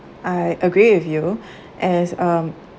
I agree with you as um